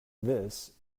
this